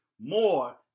more